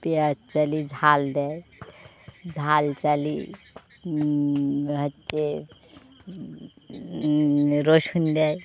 পেঁয়াজ চাইলে ঝাল দেয় ঝাল চাইলে হচ্ছে রসুন দেয়